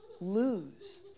lose